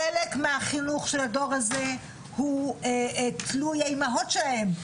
חלק מהדור הזה הוא תלוי האמהות שלהם,